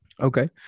Okay